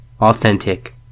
authentic